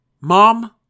mom